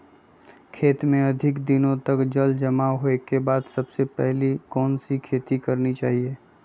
खेत में अधिक दिनों तक जल जमाओ होने के बाद सबसे पहली कौन सी खेती करनी चाहिए?